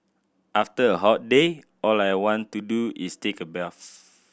after a hot day all I want to do is take a bells